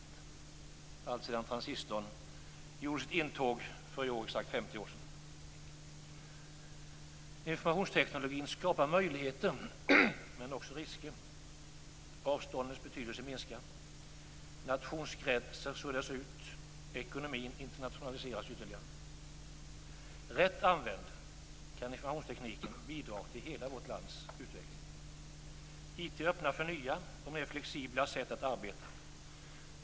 Detta har inte hänt sedan transistorn gjorde sitt intåg för i år exakt 50 år sedan. Informationstekniken skapar möjligheter men också risker. Avståndens betydelse minskar. Nationsgränser suddas ut. Ekonomin internationaliseras ytterligare. Rätt använd kan informationstekniken bidra till hela vårt lands utveckling. IT öppnar för nya och mer flexibla sätt att arbeta.